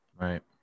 right